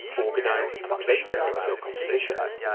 organize and place them into your compositions.